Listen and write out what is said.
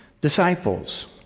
disciples